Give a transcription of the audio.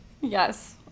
Yes